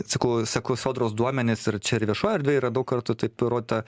seku seku sodros duomenis ir čia ir viešoj erdvėj yra daug kartų taip įrodyta